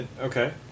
Okay